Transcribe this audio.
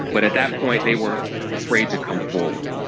but at that point they were afraid to come forward.